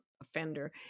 offender